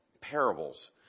Parables